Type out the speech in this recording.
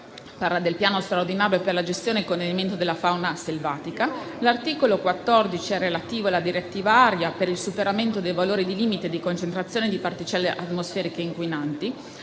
il Piano straordinario per la gestione e il contenimento della fauna selvatica. L'articolo 14 è relativo alla cosiddetta direttiva aria per il superamento dei valori di limite di concentrazione di particelle atmosferiche inquinanti.